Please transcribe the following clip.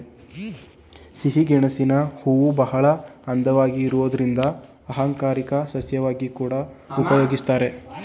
ಸಿಹಿಗೆಣಸಿನ ಹೂವುಬಹಳ ಅಂದವಾಗಿ ಇರೋದ್ರಿಂದ ಅಲಂಕಾರಿಕ ಸಸ್ಯವಾಗಿ ಕೂಡಾ ಉಪಯೋಗಿಸ್ತಾರೆ